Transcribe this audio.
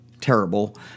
terrible